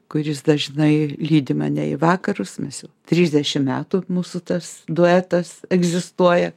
kuris dažnai lydi mane į vakarus mes jau trisdešim metų mūsų tas duetas egzistuoja